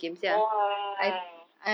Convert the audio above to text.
!wow!